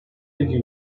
ilgi